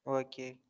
okay